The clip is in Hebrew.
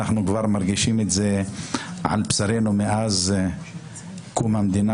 אנחנו מרגישים את זה על בשרנו כבר מאז קום המדינה,